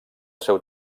seu